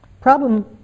problem